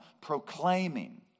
proclaiming